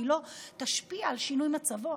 והיא לא תשפיע על שינוי מצבו.